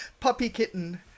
puppy-kitten